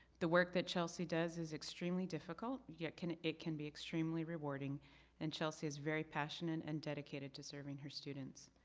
the work that chelsea does is extremely difficult yet it can be extremely rewarding and chelsea is very passionate and dedicated to serving her students.